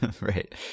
Right